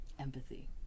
empathy